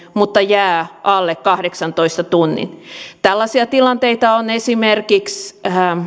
mutta jää alle kahdeksantoista tunnin tällaisia tilanteita on esimerkiksi